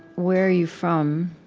where are you from?